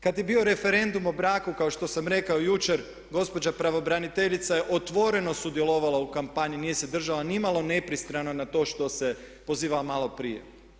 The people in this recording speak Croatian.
Kad je bio referendum o braku kao što sam rekao jučer gospođa pravobraniteljica je otvoreno sudjelovala u kampanji, nije se držala nimalo nepristrano na to što se pozivala maloprije.